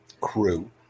crew